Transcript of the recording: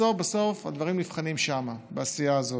בסוף בסוף הדברים נבחנים שם, בעשייה הזאת.